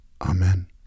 Amen